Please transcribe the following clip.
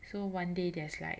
so one day there's like